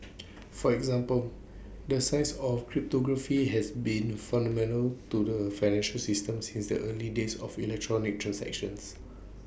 for example the science of cryptography has been fundamental to the financial system since the early days of electronic transactions